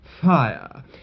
fire